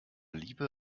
liebe